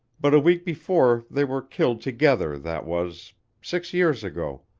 but a week before they were killed together that was six years ago,